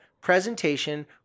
presentation